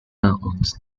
owns